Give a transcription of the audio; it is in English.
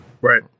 Right